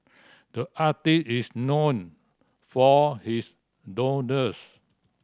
the artist is known for his doodles